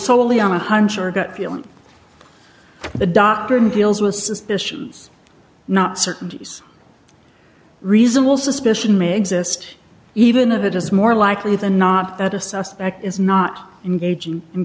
solely on a hunch or a gut feeling the doctor and deals with suspicions not certainties reasonable suspicion make this even if it is more likely than not that a suspect is not engaging in